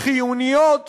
חיוניות